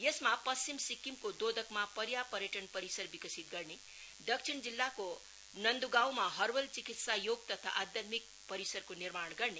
यसमा पश्चिम सिक्किमको दोदकमा पर्या पर्यटन परिसर विकसित गर्ने दक्षिण जिल्लाको नन्दु गाँउमा हर्वल चिकित्सा योग तथा आध्यात्मिक परिसरको निर्माण गर्ने